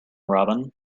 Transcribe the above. robin